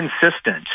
consistent